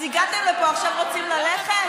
אז הגעתם לפה, עכשיו רוצים ללכת?